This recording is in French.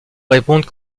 répondre